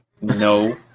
No